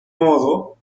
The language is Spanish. modo